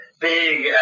Big